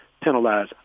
penalize